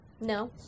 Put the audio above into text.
No